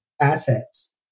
assets